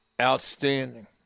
Outstanding